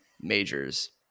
majors